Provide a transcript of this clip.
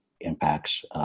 impacts